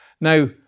Now